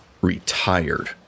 retired